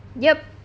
yup